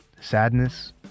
Sadness